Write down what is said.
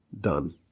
done